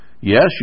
Yes